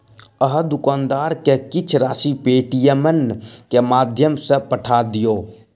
अहाँ दुकानदार के किछ राशि पेटीएमम के माध्यम सॅ पठा दियौ